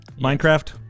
Minecraft